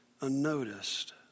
unnoticed